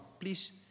please